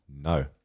No